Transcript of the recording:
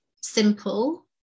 simple